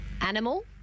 Animal